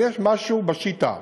אבל יש משהו בשיטה